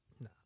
No